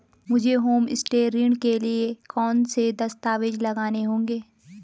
मुझे होमस्टे ऋण के लिए कौन कौनसे दस्तावेज़ लगाने होंगे?